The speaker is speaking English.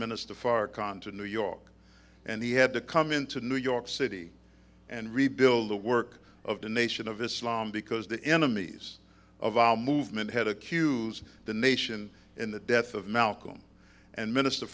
minister farrakhan to new york and he had to come into new york city and rebuild the work of the nation of islam because the enemies of our movement had accused the nation in the death of malcolm and minister